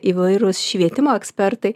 įvairūs švietimo ekspertai